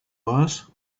was